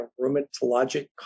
rheumatologic